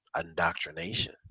indoctrination